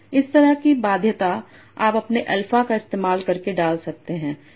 इस तरह की बाध्यता आप अपने अल्फ़ा का इस्तेमाल करके डाल सकते हैं